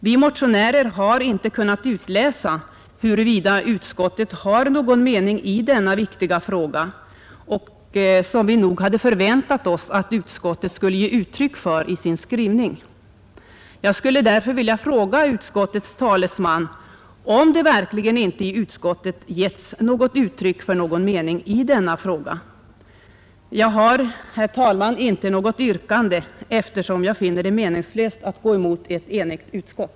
Vi motionärer har inte kunnat utläsa huruvida utskottet har någon mening i denna fråga, och vi hade nog förväntat oss att utskottet i sin skrivning skulle ge uttryck för sin mening. Jag skulle därför vilja fråga utskottets talesman om det verkligen inte i utskottet getts uttryck för någon mening i denna fråga. Jag har, herr talman, inte något yrkande, eftersom jag finner det meningslöst att gå emot ett enigt utskott.